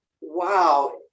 wow